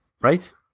Right